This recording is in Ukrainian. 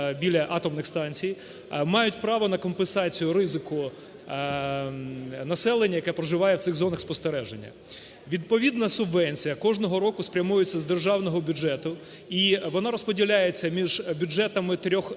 біля атомних станцій, мають право на компенсацію ризику населення, яке проживає в цих зонах спостереження. Відповідна субвенція кожного року спрямується з державного бюджету і вона розподіляється між бюджетами трьох рівнів: